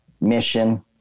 mission